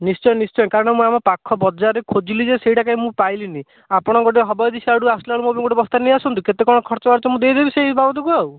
ନିଶ୍ଚୟ ନିଶ୍ଚୟ କାରଣ ମୁଁ ଆମ ପାଖ ବଜାରରେ ଖୋଜିଲି ଯେ ସେଇଟା କାଇଁ ମୁଁ ପାଇଲିନି ଆପଣ ଗୋଟେ ହେବ ଯଦି ସିଆଡ଼ୁ ଆସିଲାବେଳକୁ ମୋ ପାଇଁ ଗୋଟେ ବସ୍ତା ନେଇଆସନ୍ତୁ କେତେ କ'ଣ ଖର୍ଚ୍ଚବାର୍ଚ୍ଚ ମୁଁ ଦେଇଦେବି ସେଇ ବାବଦକୁ ଆଉ